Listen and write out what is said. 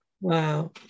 Wow